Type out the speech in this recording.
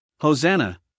Hosanna